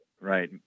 Right